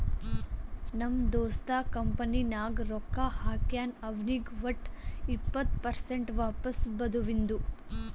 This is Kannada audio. ನಮ್ ದೋಸ್ತ ಕಂಪನಿ ನಾಗ್ ರೊಕ್ಕಾ ಹಾಕ್ಯಾನ್ ಅವ್ನಿಗ್ ವಟ್ ಇಪ್ಪತ್ ಪರ್ಸೆಂಟ್ ವಾಪಸ್ ಬದುವಿಂದು